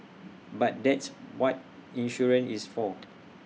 but that's what insurance is for